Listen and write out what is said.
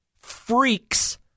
freaks